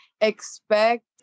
expect